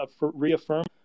reaffirm